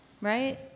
right